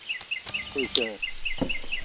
ᱯᱟᱹᱭᱠᱟᱹᱨ